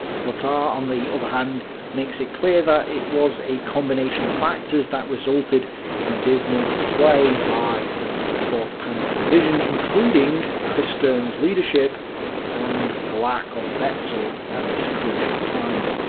buttar on the other hand makes it clear that it was a combination of factors that resulted in a dismal display by fourth panzer division, including christern's leadership and the lack of betzel at this crucial time.